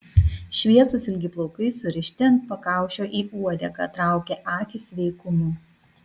šviesūs ilgi plaukai surišti ant pakaušio į uodegą traukė akį sveikumu